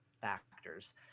factors